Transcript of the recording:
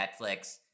Netflix